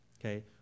okay